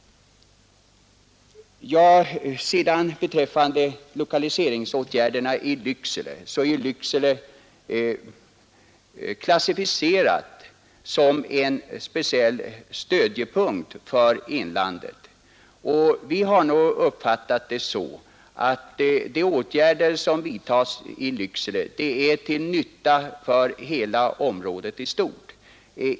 Beträffande lokaliseringsåtgärderna i Lycksele så är denna stad klassificerad som en speciell stödjepunkt för inlandet. Vi har nog uppfattat det så att de åtgärder som vidtas i Lycksele är till nytta för hela området.